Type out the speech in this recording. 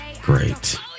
Great